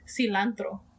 cilantro